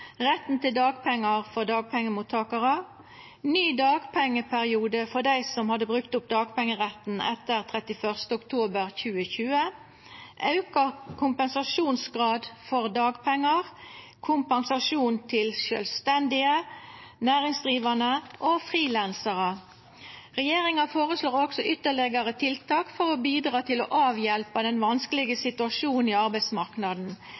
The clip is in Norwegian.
retten til dagpengar for dagpengemottakarar, ny dagpengeperiode for dei som hadde brukt opp dagpengeretten etter 31. oktober 2020, auka kompensasjonsgrad for dagpengar og kompensasjon til sjølvstendige næringsdrivande og frilansar. Regjeringa føreslår også ytterlegare tiltak for å bidra til å avhjelpa den vanskelege situasjonen i arbeidsmarknaden,